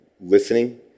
listening